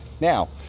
now